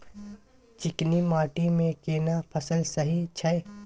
चिकनी माटी मे केना फसल सही छै?